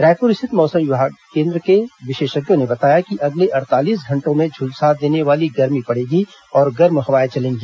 रायपुर स्थित मौसम विज्ञान केन्द्र के विशेषज्ञों ने बताया कि अगले अड़तालीस घंटों में झुलसाने वाली गर्मी पड़ेगी और गर्म हवाएं चलेंगी